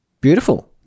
Beautiful